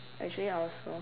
actually I also